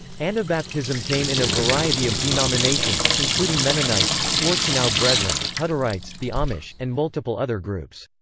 anabaptism came in a variety of denominations, including mennonites, schwarzenau brethren, hutterites, the amish, and multiple other groups.